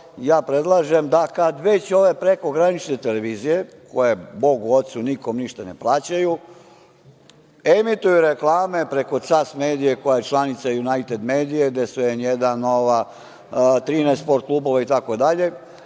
ja predlažem da, kada već ove prekogranične televizije, koje Bogu ocu, nikom ništa ne plaćaju, emituju reklame preko CAS medije, koja je članica "Juanajted medije", gde su N1, Nova, 13 sport klubova itd,